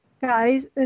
guys